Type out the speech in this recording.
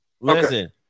Listen